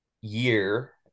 year